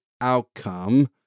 outcome